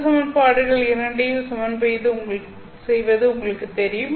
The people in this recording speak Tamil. இந்த சமன்பாடுகளில் இரண்டையும் சமன் செய்வது உங்களுக்குத் தெரியும்